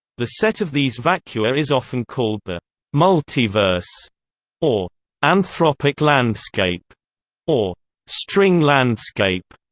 the set of these vacua is often called the multiverse or anthropic landscape or string landscape.